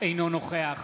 אינו נוכח